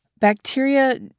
Bacteria